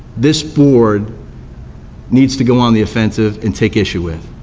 this board needs to go on the offensive and take issue with.